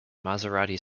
maserati